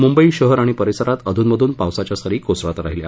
मुंबई शहर आणि परिसरात अधूनमधून पावसाच्या सरी कोसळत राहिल्या